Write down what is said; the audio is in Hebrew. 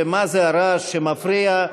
מה זה הרעש שמפריע?